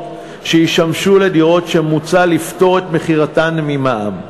ששימשו לדירות שמוצע לפטור את מכירתן ממע"מ.